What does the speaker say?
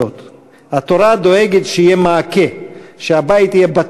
התקיימה גם ישיבה שהיו לי הכבוד